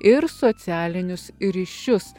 ir socialinius ryšius